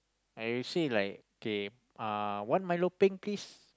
I say like kay uh one Milo peng please